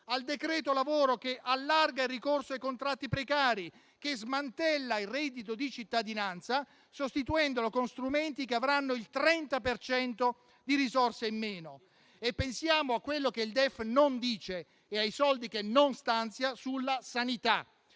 al decreto lavoro che allarga il ricorso ai contratti precari, che smantella il reddito di cittadinanza, sostituendolo con strumenti che avranno il 30 per cento di risorse in meno. Pensiamo ancora a quello che il DEF non dice e ai soldi che non stanzia sulla sanità,